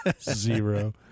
Zero